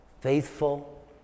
faithful